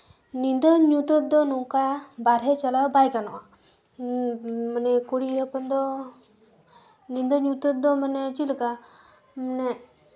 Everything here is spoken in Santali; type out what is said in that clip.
ᱧᱤᱫᱟᱹ ᱧᱩᱛᱟᱹᱛ ᱫᱚ ᱱᱚᱝᱠᱟ ᱵᱟᱦᱨᱮ ᱪᱟᱞᱟᱣ ᱵᱟᱭ ᱜᱟᱱᱚᱜᱼᱟ ᱢᱟᱱᱮ ᱠᱩᱲᱤ ᱦᱚᱯᱚᱱ ᱫᱚ ᱧᱤᱫᱟᱹ ᱧᱩᱛᱟᱹᱛ ᱫᱚ ᱢᱟᱱᱮ ᱪᱮᱫ ᱞᱮᱠᱟ